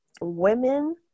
women